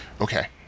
Okay